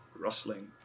Rustling